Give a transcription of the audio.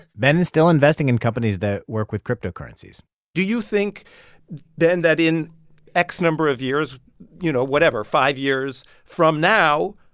ben is still investing in companies that work with cryptocurrencies do you think then that in x number of years you know, whatever five years from now,